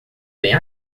bem